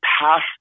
past